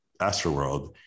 Astroworld